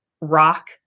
rock